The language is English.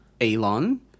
Elon